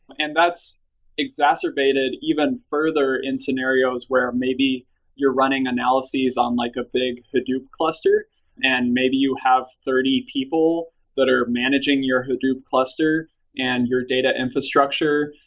and that's exacerbated even further in scenarios where maybe you're running analysis on like a big hadoop cluster and maybe you have thirty people that are managing your hadoop cluster and your data infrastructure.